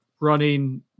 running